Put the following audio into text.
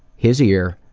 his ear,